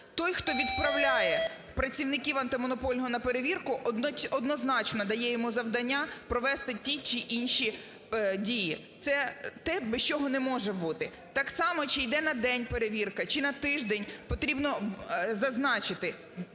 той, хто відправляє працівників Антимонопольного на перевірку, однозначно дає йому завдання провести ті чи інші дії. Це те, без чого не може бути. Так само, чи йде на день перевірка, чи на тиждень, потрібно зазначити